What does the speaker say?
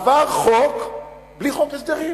עבר חוק בלי חוק הסדרים